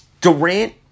Durant